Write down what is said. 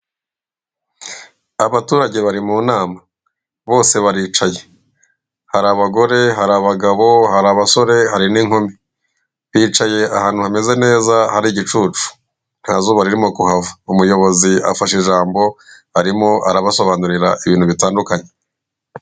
Abaturage bari mu nama. Bose baricaye. Hari abagore, hari abagabo, hari abasore, hari n'inkumi. Bicaye ahantu hameze neza, hari igicucu. nta zuba ririmo kuhava! Umuyobozi afashe ijambo, arimo arabasobanurira ibintu bitandukanye.